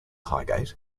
highgate